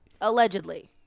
Allegedly